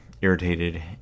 irritated